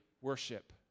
worship